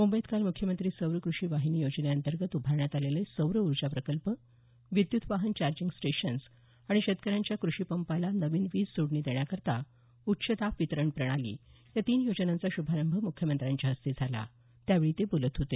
मुंबईत काल म्ख्यमंत्री सौर कृषी वाहिनी योजनेअंतर्गत उभारण्यात आलेले सौर ऊर्जा प्रकल्प विद्युत वाहन चार्जिंग स्टेशन्स आणि शेतकऱ्यांच्या कृषी पंपाला नवीन वीज जोडणी देण्याकरता उच्चदाब वितरण प्रणाली या तीन योजनांचा शुभारंभ मुख्यमंत्र्यांच्या हस्ते झाला त्यावेळी ते बोलत होते